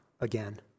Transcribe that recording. again